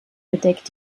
bedeckt